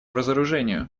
разоружению